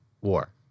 War